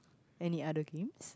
any other games